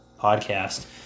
podcast